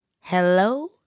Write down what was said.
Hello